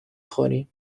خوریم